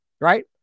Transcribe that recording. right